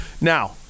Now